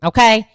Okay